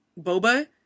boba